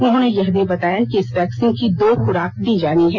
उन्होंने यह भी बताया कि इस वैक्सीन की दो खुराक दी जानी है